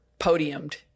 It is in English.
podiumed